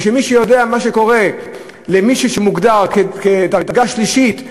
ומי שיודע מה שקורה למישהו שמוגדר כדרגה שלישית,